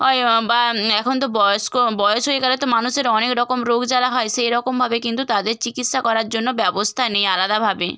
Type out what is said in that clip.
বা এখন তো বয়স্ক বয়স হয়ে গেলে তো মানুষের অনেক রকম রোগ জ্বালা হয় সেরকমভাবে কিন্তু তাদের চিকিৎসা করার জন্য ব্যবস্থা নেই আলাদাভাবে